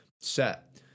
set